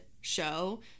show